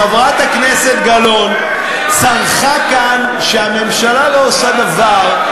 חברת הכנסת גלאון צרחה כאן שהממשלה לא עושה דבר,